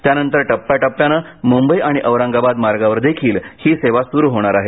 त्यानंतर टप्प्याटप्प्याने मुंबई आणि औरंगाबाद मार्गावरदेखील ही सेवा सुरु होणार आहे